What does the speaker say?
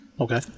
Okay